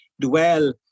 dwell